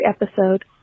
episode